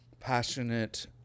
passionate